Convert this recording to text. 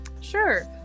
Sure